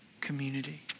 community